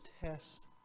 tests